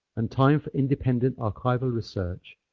and time for independent archival research,